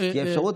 תהיה אפשרות,